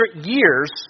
years